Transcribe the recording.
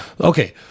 Okay